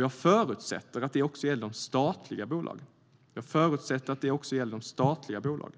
Jag förutsätter att detta gäller även de statliga bolagen.